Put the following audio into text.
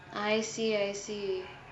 I see I see